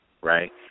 right